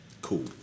Cool